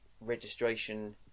registration